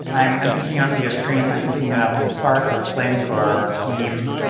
i'm i'm picking out via stream. i'm picking it up in spark, or flink, or beam,